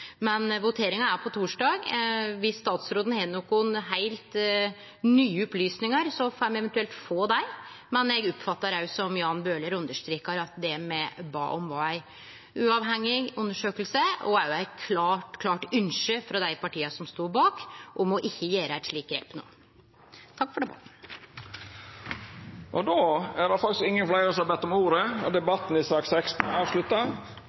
Men voteringa er på torsdag. Dersom statsråden har nokre heilt nye opplysningar, får me eventuelt få dei, men eg oppfattar òg, som Jan Bøhler understrekar, at det me bad om, var ei uavhengig undersøking, og det var òg eit klart ynske frå dei partia som stod bak, om ikkje å gjere eit slikt grep no. Takk for debatten. Fleire har ikkje bedt om ordet til sak nr. 16. Dagens kart er då ferdigdebattert. Er det nokon som ber om ordet